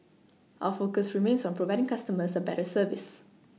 our focus remains on providing customers a better service